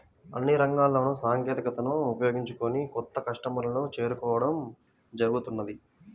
అన్ని రంగాల్లోనూ సాంకేతికతను ఉపయోగించుకొని కొత్త కస్టమర్లను చేరుకోవడం జరుగుతున్నది